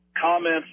comments